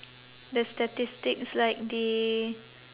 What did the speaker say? the statistics like the